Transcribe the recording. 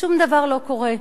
ושום דבר לא קורה.